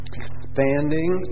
expanding